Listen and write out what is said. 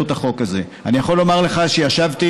אני יכול לומר לך שישבתי,